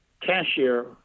cashier